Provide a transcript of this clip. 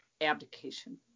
abdication